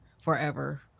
forever